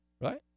right